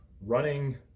running